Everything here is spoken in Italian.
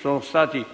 sono stati